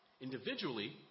Individually